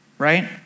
right